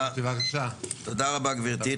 תודה רבה גברתי,